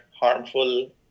harmful